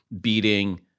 beating